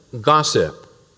gossip